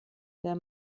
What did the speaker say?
der